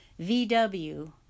VW